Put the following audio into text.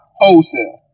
wholesale